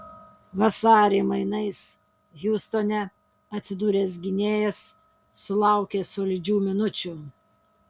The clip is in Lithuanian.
vasarį mainais hjustone atsidūręs gynėjas sulaukė solidžių minučių